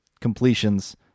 completions